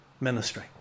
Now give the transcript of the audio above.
ministry